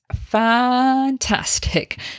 fantastic